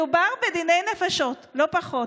מדובר בדיני נפשות, לא פחות.